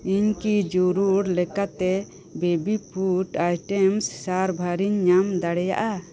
ᱤᱧ ᱠᱤ ᱡᱟᱹᱨᱩᱲ ᱞᱮᱠᱟᱛᱮ ᱵᱮᱵᱤ ᱯᱷᱩᱰ ᱟᱭᱴᱮᱢᱥ ᱥᱟᱨᱵᱷᱟᱨᱤᱧ ᱧᱟᱢ ᱫᱟᱲᱮᱭᱟᱜᱼᱟ